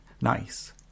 nice